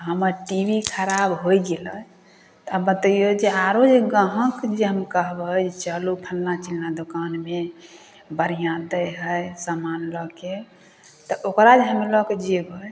हमर टी भी खराब होइ गेलै आब बतैऔ जे आओर जे गाहक जे हम कहबै चलू फल्लाँ चिल्लाँ दोकानमे बढ़िआँ दै हइ समान लऽके तऽ ओकरा जे हम लऽके जेबै